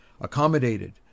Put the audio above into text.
accommodated